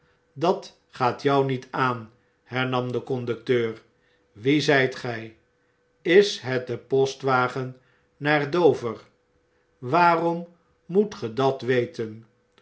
dat gaat jou niet aan hernam de conducteur wie z jt gfl is het de postwagen naar dover waarom moet ge dat weten